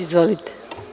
Izvolite.